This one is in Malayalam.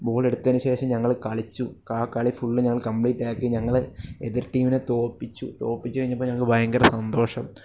ബോൾ എടുത്തതിന് ശേഷം ഞങ്ങൾ കളിച്ചു ആ കളി ഫുള്ള് ഞങ്ങൾ കംപ്ലീറ്റ് ആക്കി ഞങ്ങൾ എതിർ ടീമിനെ തോൽപ്പിച്ചു തോൽപ്പിച്ച് കഴിഞ്ഞപ്പോൾ ഞങ്ങൾക്ക് ഭയങ്കര സന്തോഷം